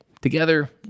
Together